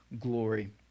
glory